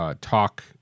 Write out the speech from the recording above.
talk